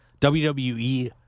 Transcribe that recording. WWE